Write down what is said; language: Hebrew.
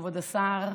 כבוד השר,